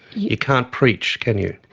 you can't preach can you?